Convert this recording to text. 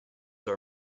are